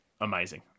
amazing